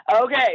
Okay